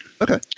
Okay